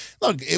look